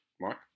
Mark